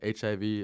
HIV